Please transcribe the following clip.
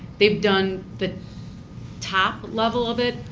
they've done the top level of it,